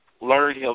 LEARN